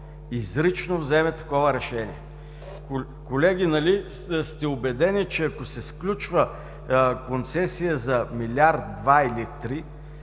изрично вземе такова решение. Колеги, нали сте убедени, че ако се сключва концесия за милиард, два или три,